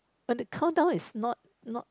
but the countdown is not not